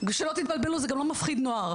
שלא תתבלבלו זה גם לא מפחיד נוער,